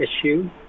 issue